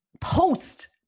post